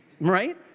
right